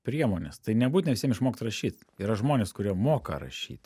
priemonės tai nebūtina visiem išmokt rašyt yra žmonės kurie moka rašyt